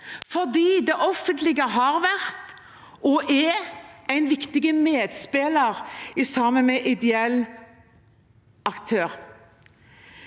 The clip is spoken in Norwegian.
fordi det offentlige har vært og er en viktig medspiller sammen med ideelle aktører.